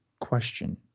question